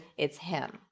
it's him.